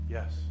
Yes